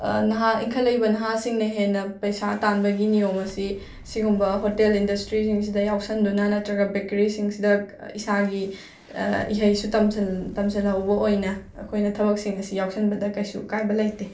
ꯅꯍꯥ ꯏꯟꯈꯠꯂꯛꯏꯕ ꯅꯍꯥꯁꯤꯡꯅ ꯍꯦꯟꯅ ꯄꯩꯁꯥ ꯇꯥꯟꯕꯒꯤ ꯅꯤꯌꯣꯝ ꯑꯁꯤ ꯁꯤꯒꯨꯃꯕ ꯍꯣꯇꯦꯜ ꯏꯟꯗꯁꯇ꯭ꯔꯤꯁꯤꯡꯁꯤꯗ ꯌꯥꯎꯁꯟꯗꯨꯅ ꯅꯠꯇ꯭ꯔꯒ ꯕꯦꯀꯔꯤꯁꯤꯡꯁꯤꯗ ꯏꯁꯥꯒꯤ ꯏꯍꯩꯁꯨ ꯇꯝꯁꯤꯜ ꯇꯝꯁꯤꯜꯍꯧꯕ ꯑꯣꯏꯅ ꯑꯩꯈꯣꯏꯅ ꯊꯕꯛꯁꯤꯡ ꯑꯁꯤ ꯌꯥꯎꯁꯟꯕꯗ ꯀꯩꯁꯨ ꯀꯥꯏꯕ ꯂꯩꯇꯦ